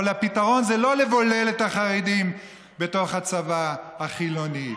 אבל הפתרון זה לא לבולל את החרדים בתוך הצבא החילוני.